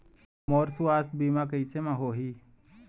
मोर सुवास्थ बीमा कैसे म होही?